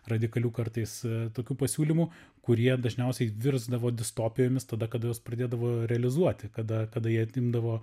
radikalių kartais tokių pasiūlymų kurie dažniausiai virsdavo distopijomis tada kada juos pradėdavo realizuoti kada kada jie imdavo